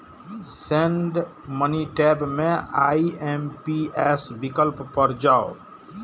send money tab मे IMPS विकल्प पर जाउ